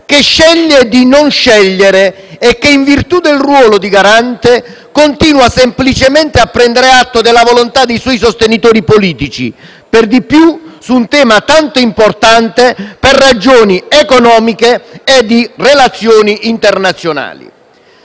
Conte sceglie di non scegliere e, in virtù del ruolo di garante, continua semplicemente a prendere atto della volontà dei suoi sostenitori politici, per di più su un tema tanto importante per ragioni economiche e di relazioni internazionali.